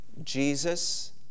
Jesus